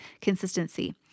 consistency